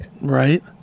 Right